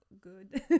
good